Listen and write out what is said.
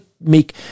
make